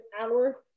hour